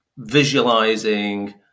visualizing